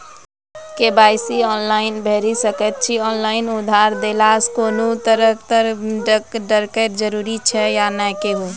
KYC online भैरि सकैत छी, ऑनलाइन आधार देलासॅ कुनू तरहक डरैक जरूरत छै या नै कहू?